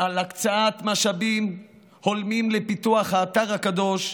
על הקצאת משאבים הולמים לפיתוח האתר הקדוש,